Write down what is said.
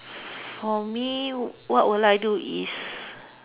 for me what would I do is